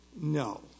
No